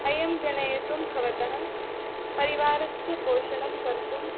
अयं जनयितुं भवतः परिवारस्य पोषणं कर्तुं